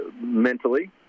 mentally